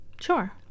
Sure